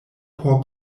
por